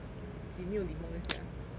几没有礼貌一下